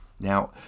now